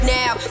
now